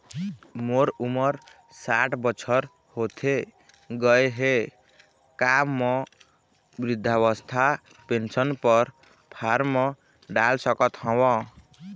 मोर उमर साठ बछर होथे गए हे का म वृद्धावस्था पेंशन पर फार्म डाल सकत हंव?